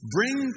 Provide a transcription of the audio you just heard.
Bring